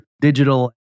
digital